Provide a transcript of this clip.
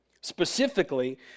Specifically